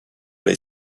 les